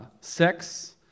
Sex